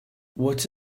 what